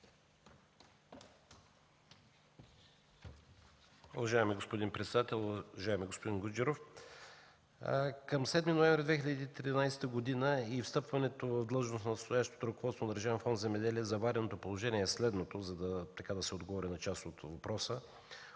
Уважаеми господин председател, уважаеми господин Гуджеров, към 7 ноември 2013 г. и встъпването на длъжност на настоящето ръководство на Държавен фонд „Земеделие” завареното положение е следното, за да се отговори на част от въпроса.